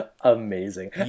Amazing